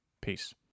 Peace